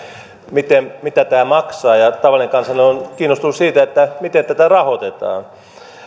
mitä tämä maksaa ja tavallinen kansalainen on kiinnostunut siitä miten tätä rahoitetaan